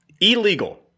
illegal